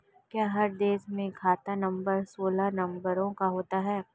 क्या हर देश में खाता नंबर सोलह नंबरों का होता है?